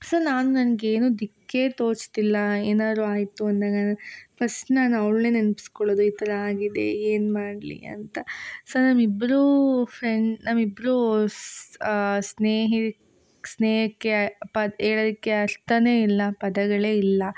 so ನಾನು ನನ್ಗೆ ಏನೂ ದಿಕ್ಕೇ ತೋಚ್ತಿಲ್ಲ ಏನಾದ್ರು ಆಯಿತು ಅಂದಾಗ ನಾನು ಫಸ್ಟ್ ನಾನು ಅವ್ಳನ್ನೇ ನೆನ್ಪಿಸ್ಕೊಳ್ಳೋದು ಈ ಥರ ಆಗಿದೆ ಏನು ಮಾಡಲಿ ಅಂತ ಸೊ ನಾವಿಬ್ರೂ ಫ್ರೆಂಡ್ ನಾವಿಬ್ರೂ ಸ್ ಸ್ನೇಹ ಸ್ನೇಹಕ್ಕೆ ಪದ ಹೇಳೋದಿಕ್ಕೆ ಅರ್ಥವೇ ಇಲ್ಲ ಪದಗಳೇ ಇಲ್ಲ